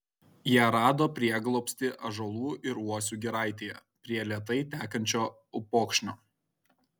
jie rado prieglobstį ąžuolų ir uosių giraitėje prie lėtai tekančio upokšnio